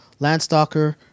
Landstalker